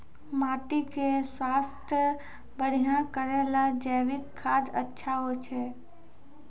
माटी के स्वास्थ्य बढ़िया करै ले जैविक खाद अच्छा होय छै?